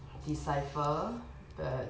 decipher but